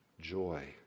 joy